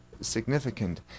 significant